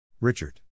Richard